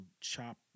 chop